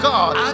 God